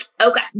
Okay